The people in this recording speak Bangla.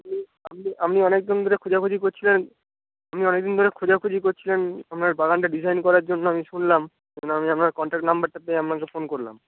আপনি অনেক দিন ধরে খোঁজা খুঁজি করছিলেন আপনি অনেক দিন ধরে খোঁজা খুঁজি করছিলেন আপনার বাগানটা ডিজাইন করার জন্য আমি শুনলাম তাই আমি আপনার কন্টাক্ট নাম্বারটা পেয়ে আপনাকে ফোন করলাম